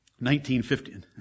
1950